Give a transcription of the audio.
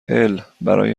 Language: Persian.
البرای